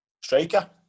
Striker